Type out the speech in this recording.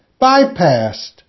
bypassed